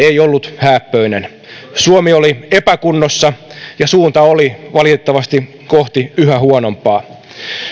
ei ollut hääppöinen suomi oli epäkunnossa ja suunta oli valitettavasti kohti yhä huonompaa